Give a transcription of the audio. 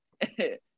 hey